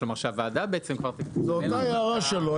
שהוועדה כבר תקבל את --- זו אותה הערה שלו,